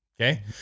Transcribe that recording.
Okay